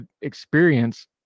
experience